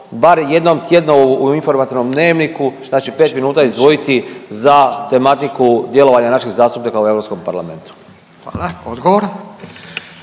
bar jednom tjedno u informativnom dnevniku znači 5 minuta izdvojiti za tematiku djelovanja naših zastupnika u Europskom parlamentu. **Radin,